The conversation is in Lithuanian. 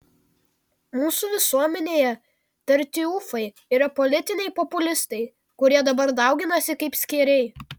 mūsų visuomenėje tartiufai yra politiniai populistai kurie dabar dauginasi kaip skėriai